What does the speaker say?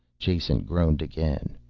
jason groaned again.